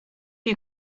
you